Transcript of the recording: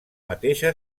mateixa